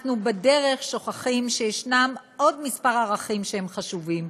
אנחנו בדרך שוכחים שיש עוד כמה ערכים שהם חשובים,